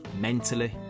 mentally